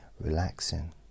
Relaxing